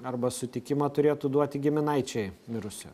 arba sutikimą turėtų duoti giminaičiai mirusio